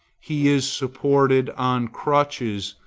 he is supported on crutches,